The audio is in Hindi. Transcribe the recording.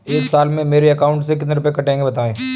एक साल में मेरे अकाउंट से कितने रुपये कटेंगे बताएँ?